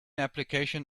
application